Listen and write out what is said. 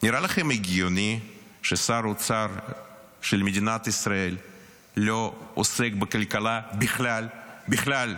נראה לכם הגיוני ששר האוצר של מדינת ישראל לא עוסק בכלכלה בכלל בכלל,